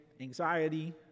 Anxiety